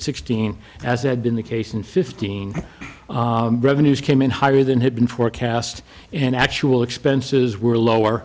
sixteen as it had been the case in fifteen revenues came in higher than had been forecast and actual expenses were lower